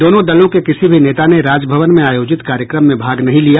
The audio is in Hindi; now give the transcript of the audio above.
दोनों दलों के किसी भी नेता ने राजभवन में आयोजित कार्यक्रम में भाग नहीं लिया